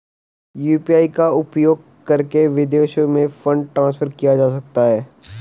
UPI का उपयोग करके विदेशों में फंड ट्रांसफर किया जा सकता है?